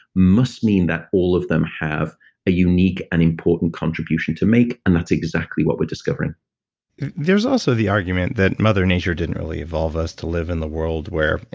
must mean that all of them have a unique and important contribution to make, and that's exactly what we're discovering there was also the argument that mother nature didn't really evolve us to live in the world where,